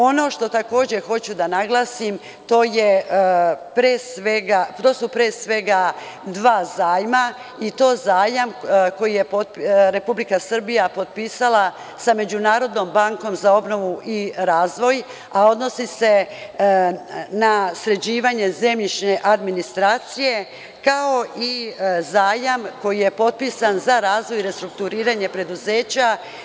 Ono što takođe hoću da naglasim to su pre svega dva zajma, zajam koji je Republika Srbija potpisala sa Međunarodnom bankom za obnovu i razvoj, a odnosi se na sređivanje zemljišne administracije, kao i zajam koji je potpisan za razvoj i restrukturiranje preduzeća.